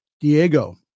Diego